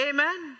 Amen